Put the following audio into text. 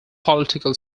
political